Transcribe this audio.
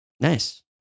Nice